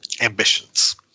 ambitions